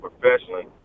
professionally